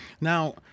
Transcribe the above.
Now